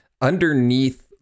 underneath